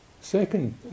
Second